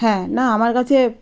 হ্যাঁ না আমার কাছে